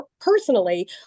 personally